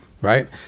right